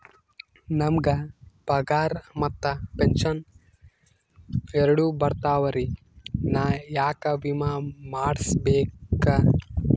ನಮ್ ಗ ಪಗಾರ ಮತ್ತ ಪೆಂಶನ್ ಎರಡೂ ಬರ್ತಾವರಿ, ನಾ ಯಾಕ ವಿಮಾ ಮಾಡಸ್ಬೇಕ?